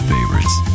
Favorites